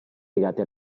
legati